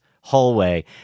hallway